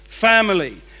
Family